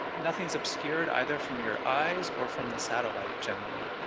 nothing is obscured either from your eyes or from the satellite, generally.